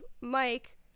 Mike